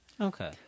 Okay